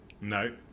No